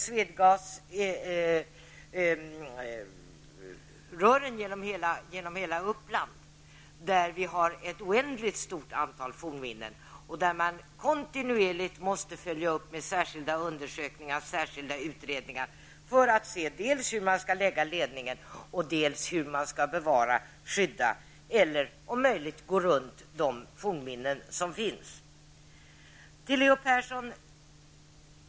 Swedegas lägger t.ex. rör genom hela Uppland, där det finns ett oändligt antal fornminnen, och man måste kontinuerligt följa upp detta med särskilda undersökningar och utredningar för att se dels hur man skall lägga ledningen, dels hur man skall bevara, skydda eller om möjligt gå runt de fornminnen som finns.